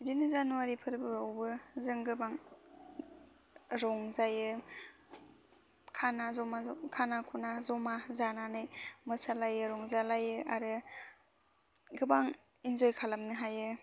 बिदिनो जानुवारि फोरोबोआवबो जों गोबां रंजायो खाना ज'मा खाना खुना जमा जानानै मोसालायो रंजालायो आरो गोबां इनजय खालामनो हायो